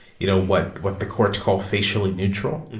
you know, what what the courts call facially neutral,